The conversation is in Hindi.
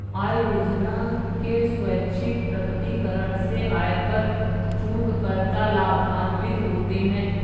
आय योजना के स्वैच्छिक प्रकटीकरण से आयकर चूककर्ता लाभान्वित होते हैं